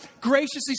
graciously